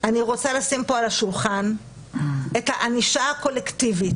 אני רוצה לשים פה על השולחן את הענישה הקולקטיבית,